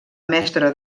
mestre